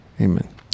amen